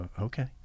okay